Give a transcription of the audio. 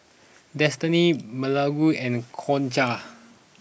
Destini Beaulah and Concha